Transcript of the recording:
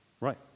Right